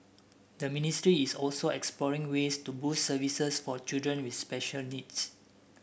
the ministry is also exploring ways to boost services for children with special needs